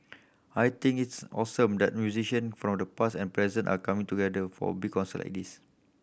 I think it's awesome that musician from the past and present are coming together for a big concert like this